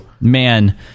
Man